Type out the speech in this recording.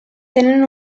tenen